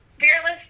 fearless